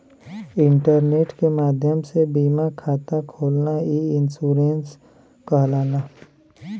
internet के माध्यम से बीमा खाता खोलना ई इन्शुरन्स कहलाला